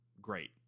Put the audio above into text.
great